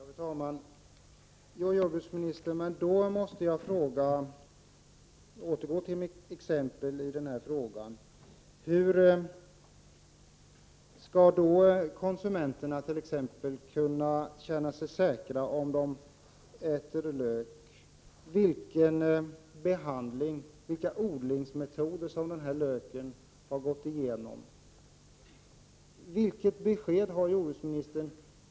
Fru talman! Ja, jordbruksministern, jag måste då återgå till mitt exempel i denna fråga. Hur skall konsumenterna t.ex. kunna veta vilken behandling och vilka odlingsmetoder som den lök de äter har varit utsatt för? Vilket besked har jordbruksministern att komma med?